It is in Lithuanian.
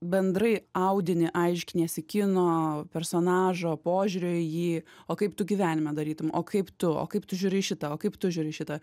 bendrai audinį aiškiniesi kino personažo požiūrio į jį o kaip tu gyvenime darytum o kaip tu o kaip tu žiūri į šitą o kaip tu žiūri į šitą